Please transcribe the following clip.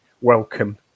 welcome